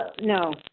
no